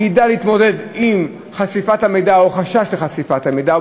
שידע להתמודד עם חשיפת המידע או חשש לחשיפת המידע,